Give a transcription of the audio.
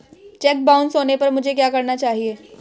Check bounce होने पर मुझे क्या करना चाहिए?